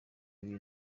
bintu